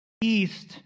east